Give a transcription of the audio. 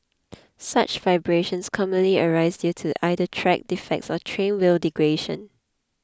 such vibrations commonly arise due to either track defects or train wheel degradation